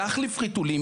להחליף חיתולים.